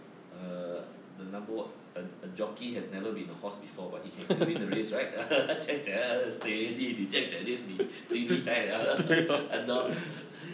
err the number what a a jockey has never been a horse before but he can still win the race right 他这样将他 steady 你这样讲就是你最厉害 liao lor !hannor!